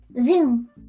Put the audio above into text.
Zoom